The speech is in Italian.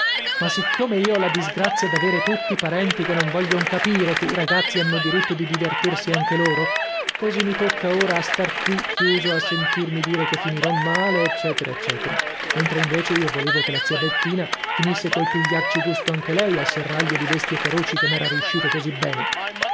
ma siccome io ho la disgrazia d'avere tutti parenti che non voglion capire che i ragazzi hanno diritto di divertirsi anche loro così mi tocca ora a star qui chiuso e sentirmi dire che finirò male ecc ecc mentre invece io volevo che la zia bettina finisse col pigliarci gusto anche lei al serraglio di bestie feroci che m'era riuscito così bene